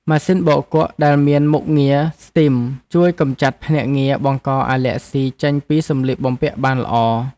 ម៉ាស៊ីនបោកគក់ដែលមានមុខងារស្ទីមជួយកម្ចាត់ភ្នាក់ងារបង្កអាឡែហ្ស៊ីចេញពីសម្លៀកបំពាក់បានល្អ។